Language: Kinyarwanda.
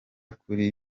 kuri